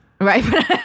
Right